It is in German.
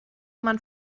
man